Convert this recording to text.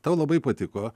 tau labai patiko